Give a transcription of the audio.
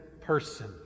person